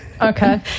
Okay